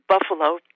Buffalo